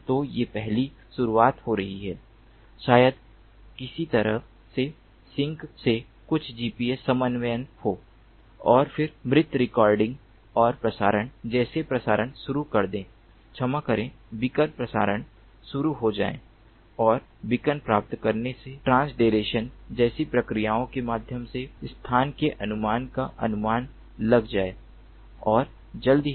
तो ये पहली शुरुआत हो रही है शायद किसी सतह के सिंक से कुछ GPS समन्वय हो और फिर मृत रिकॉर्डिंग और प्रसारण जैसे प्रसारण शुरू कर दें क्षमा करें बीकन प्रसारण शुरू हो जाएं और बीकन प्राप्त करने से ट्रासडैरेशन जैसी प्रक्रियाओं के माध्यम से स्थान के अनुमान का अनुमान लग जाए और जल्द ही